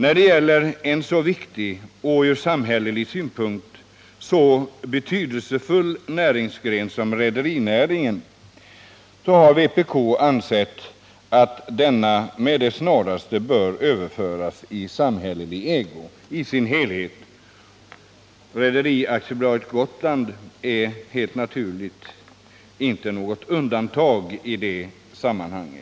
När det gäller en så viktig — och från samhällelig synpunkt så betydelsefull — näringsgren som rederinäringen har vpk ansett att denna med det snaraste bör överföras i samhällets ägo. Rederi AB Gotland är naturligtvis inte något undantag i detta sammanhang.